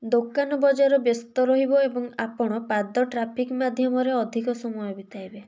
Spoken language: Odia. ଦୋକାନ ବଜାର ବ୍ୟସ୍ତ ରହିବ ଏବଂ ଆପଣ ପାଦ ଟ୍ରାଫିକ୍ ମାଧ୍ୟମରେ ଅଧିକ ସମୟ ବିତାଇବେ